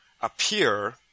appear